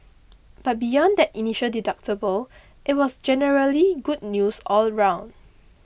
but beyond that initial deductible it was generally good news all round